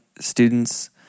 students